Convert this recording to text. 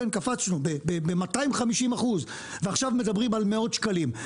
קפצנו ב-250% ועכשיו מדברים על מאות שקלים.